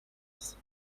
است